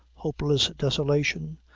hopeless desolation,